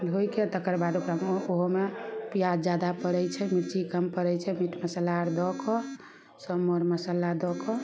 धोयके तकर बाद ओकरामे ओहोमे पियाज जादा पड़ै छै मिरची कम पड़ै छै मीट मसल्ला आर दऽ कऽ सब मर मसल्ला दऽ कऽ